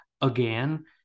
again